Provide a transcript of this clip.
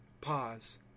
pause